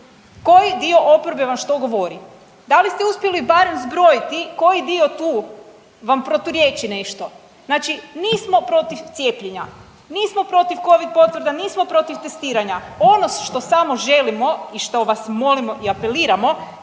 koji dio oporbe vam što govori? Da li ste uspjeli barem zbrojiti koji dio tu vam proturječi nešto? Znači nismo protiv cijepljenja, nismo protiv covid potvrda, nismo protiv testiranja, ono što samo želimo i što vas molimo i apeliramo